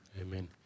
Amen